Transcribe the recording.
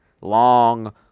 Long